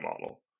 model